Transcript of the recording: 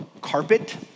carpet